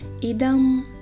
idam